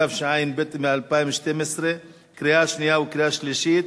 התשע"ב 2012, קריאה שנייה וקריאה שלישית,